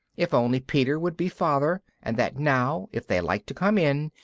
if only peter would be father, and that now, if they liked to come in,